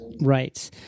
Right